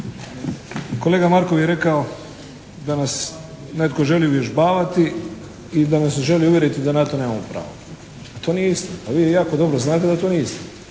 Kolega Markov je rekao da nas netko želi uvježbavati i da nas želi uvjeriti da na to nemamo pravo. To nije istina. Pa vi jako dobro znate da to nije istina.